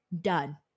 done